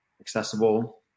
accessible